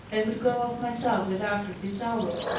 i would go off myself with arthur this hour.